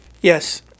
yes